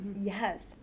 Yes